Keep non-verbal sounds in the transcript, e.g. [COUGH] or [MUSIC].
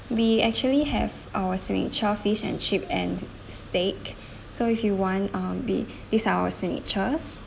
we actually have our signature fish and chip and steak [BREATH] so if you want um we [BREATH] these our signatures